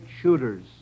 shooters